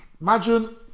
imagine